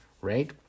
right